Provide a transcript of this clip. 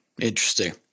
Interesting